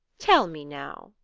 tell me now?